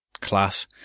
Class